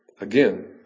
Again